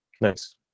Nice